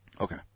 Okay